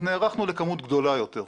נערכנו לכמות גדולה יותר,